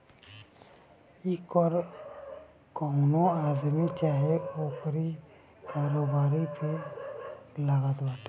इ कर कवनो आदमी चाहे ओकरी कारोबार पे लागत बाटे